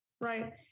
right